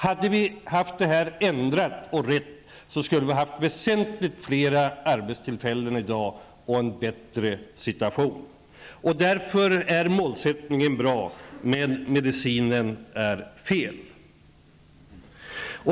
Hade vi ändrat detta och haft en riktig politik, hade vi i dag haft väsentligt fler arbetstillfällen och en bättre situation. Målsättningen är bra, men medicinen är fel.